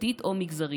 דתית או מגזרית.